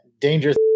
dangerous